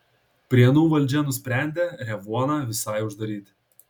prienų valdžia nusprendė revuoną visai uždaryti